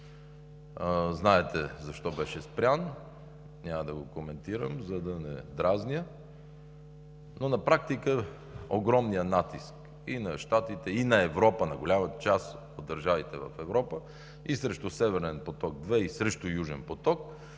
знаете защо беше спрян, няма да го коментирам, за да не дразня, но на практика огромният натиск и на Щатите, и на голямата част от държавите в Европа, и срещу Северен поток 2, и срещу Южен поток,